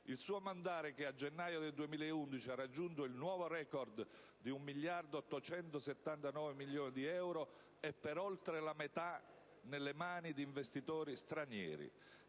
Il suo ammontare, che a gennaio del 2011 ha raggiunto il nuovo *record* di 1.879 miliardi di euro, è per oltre la metà nelle mani di investitori stranieri.